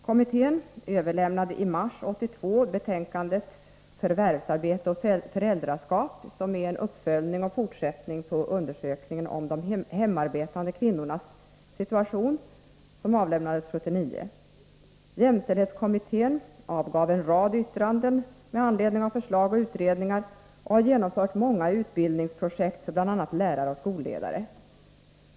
Kommittén överlämnade i mars 1982 betänkandet Förvärvsarbete och föräldraskap som är en uppföljning och fortsättning på undersökningen om De hemarbetande kvinnornas situation, som avlämnades 1979. Jämställdhetskommittén avgav en rad yttranden med anledning av förslag och utredningar och har genomfört många utbildningsprojekt för bl.a. lärare och skolledare.